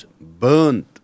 burned